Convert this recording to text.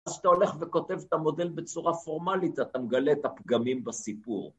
אז אתה הולך וכותב את המודל בצורה פורמלית, אתה מגלה את הפגמים בסיפור